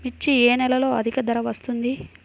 మిర్చి ఏ నెలలో అధిక ధర వస్తుంది?